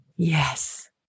Yes